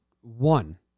one